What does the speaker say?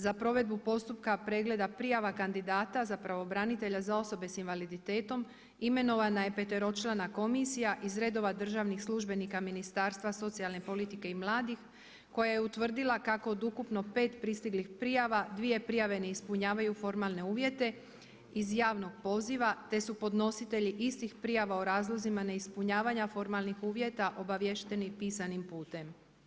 Za provedbu postupka pregleda prijava kandidata za pravobranitelja za osobe sa invaliditetom imenovana je peteročlana komisija iz redova državnih službenika Ministarstva socijalne politike i mladih koja je utvrdila kako od ukupno 5 pristiglih prijava dvije prijave ne ispunjavaju formalne uvjete iz javnog poziva te su podnositelji istih prijava o razlozima neispunjavanja formalnih uvjeta obaviješteni pisanim putem.